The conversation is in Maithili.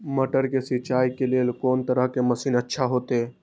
मटर के सिंचाई के लेल कोन तरह के मशीन अच्छा होते?